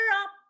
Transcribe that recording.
up